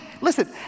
listen